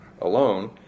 alone